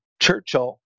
Churchill